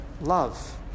love